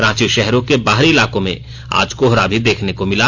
रांची शहरों के बाहरी इलाको में आज कोहरा भी देखने को मिला